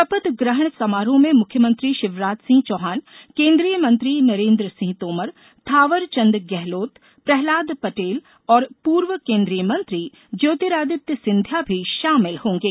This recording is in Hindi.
शपथग्रहण समारोह में मुख्यमंत्री शिवराज सिंह चौहान केन्द्रीय मंत्री नरेन्द्र सिंह तोमर थांवरचंद गेहलोत प्रहलाद पटेल और पूर्व केन्द्रीय मंत्री ज्योतिरादित्य सिंधिया भी शामिल होंगे